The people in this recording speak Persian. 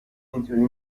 اینطوری